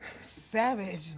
Savage